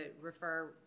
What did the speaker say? refer